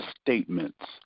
statements